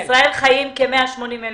בישראל חיים כ-180,000